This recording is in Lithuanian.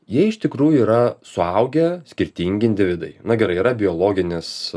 jie iš tikrųjų yra suaugę skirtingi individai na gerai yra biologinis